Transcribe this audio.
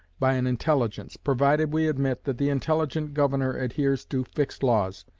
by an intelligence, provided we admit that the intelligent governor adheres to fixed laws,